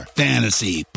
fantasy